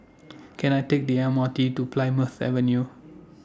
Can I Take The M R T to Plymouth Avenue